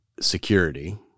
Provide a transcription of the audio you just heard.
security